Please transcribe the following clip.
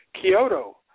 Kyoto